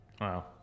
wow